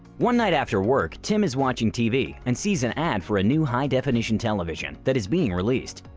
one night after work, tim is watching tv and sees an ad for a new high definition television that is being released.